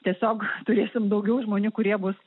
tiesiog turėsim daugiau žmonių kurie bus